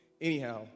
anyhow